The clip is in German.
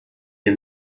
ihr